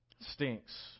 Stinks